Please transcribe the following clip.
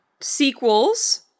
sequels